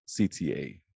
CTA